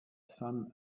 son